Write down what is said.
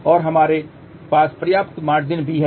और हमारे पास पर्याप्त मार्जिन भी है